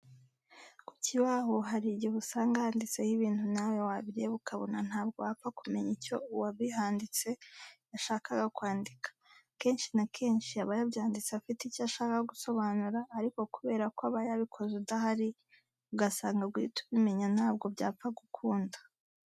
Ku kibaho hari igihe usanga handitseho ibintu nawe wabireba ukabona ntabwo wapfa kumenya icyo uwabihanditse yashakaga kwandika. Akenshi na kenshi aba yabyanditse afite icyo ashaka gusobanura ariko kubera ko aba yabikoze udahari, ugasanga guhita ubimenya ntabwo byapfa gukunda.